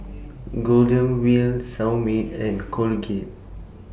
Golden Wheel Seoul Mit and Colugate